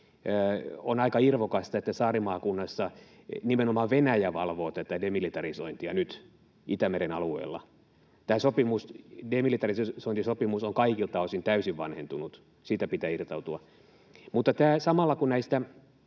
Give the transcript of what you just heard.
On aika irvokasta, että saarimaakunnassa nimenomaan Venäjä valvoo tätä demilitarisointia nyt, Itämeren alueella. Tämä demilitarisointisopimus on kaikilta osin täysin vanhentunut. Siitä pitää irtautua. Mutta samalla kun nämä